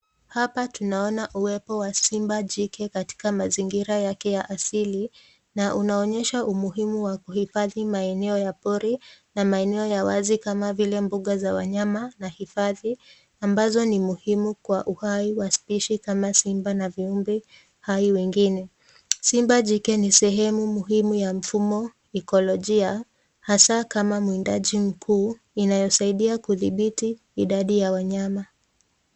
Hapa tunaona uwepo wa simba jike katika mazingira yake ya asili na inaonyesha umuhimu wa kuhifadhi maeneo ya pori na maeneo kama vile mbuga za wanyama na hifadhi ambazo ni muhimu kwa uhai wa spishi kama simba na viumbe hai wengine. Simba jike ni sehemu muhimu ya mfumo ikolojia hasa kama mwindaji mkuu inayosaidia kudhibiti idadi ya wanyama.